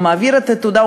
הוא מעביר את התעודה,